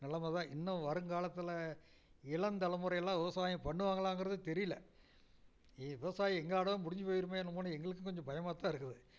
நெலமை தான் இன்னும் வருங்காலத்தில் இளம் தலமுறை எல்லாம் விவசாயம் பண்ணுவாங்களாங்கிறது தெரியல இ விவசாயம் எங்களோடயே முடிஞ்சு போயிடுமே என்னமோன்னு எங்களுக்கும் கொஞ்சம் பயமாகத் தான் இருக்குது